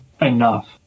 enough